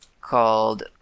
called